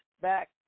back